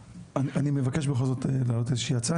אני מבקש בכל זאת להעלות איזושהי הצעה.